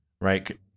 right